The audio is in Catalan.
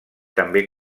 també